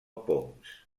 poms